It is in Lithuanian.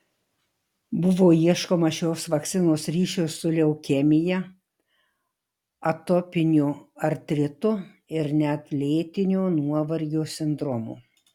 buvo ieškoma šios vakcinos ryšio su leukemija atopiniu artritu ir net lėtinio nuovargio sindromu